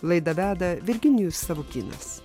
laidą veda virginijus savukynas